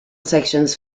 sections